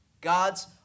God's